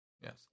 Yes